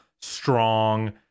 strong